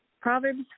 Proverbs